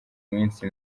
minsi